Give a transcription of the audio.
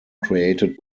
created